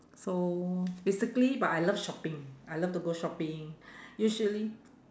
so basically but I love shopping I love to go shopping usually